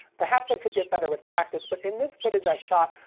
perhaps i could get better with practice, but in this footage i shot,